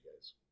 guys